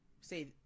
say